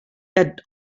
that